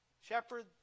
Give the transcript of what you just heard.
Shepherd